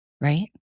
right